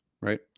right